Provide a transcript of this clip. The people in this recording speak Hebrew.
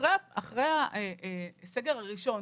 אחרי הסגר הראשון,